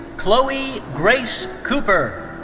chloe grace cooper.